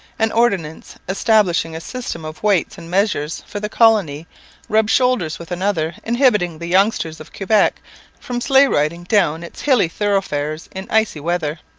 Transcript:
an ordinance establishing a system of weights and measures for the colony rubs shoulders with another inhibiting the youngsters of quebec from sleigh riding down its hilly thoroughfares in icy weather.